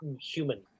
human